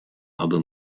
aby